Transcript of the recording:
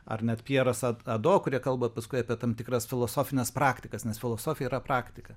ar net pjeras ado kurie kalba paskui apie tam tikras filosofines praktikas nes filosofija yra praktika